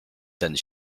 ten